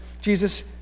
Jesus